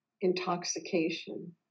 intoxication